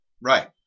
Right